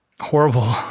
horrible